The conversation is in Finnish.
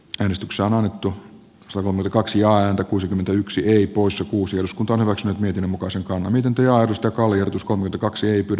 risto sanoi tuu surun yli kaksi ääntä kuusikymmentäyksi ei poissa kuusi uskontoon ovat nyt niiden mukaan se on miten työ joka oli uskonut kaksi ei pidä